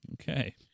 okay